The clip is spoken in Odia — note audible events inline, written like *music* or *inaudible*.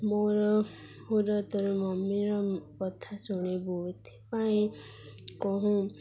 ମୋର *unintelligible* ମମିର କଥା ଶୁଣିବୁ ଏଥିପାଇଁ କହୁ